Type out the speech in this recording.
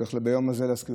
צריך ביום הזה להזכיר,